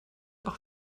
auch